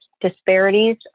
disparities